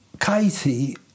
Katie